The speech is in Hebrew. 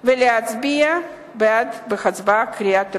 ולהצביע בעדה בקריאה טרומית.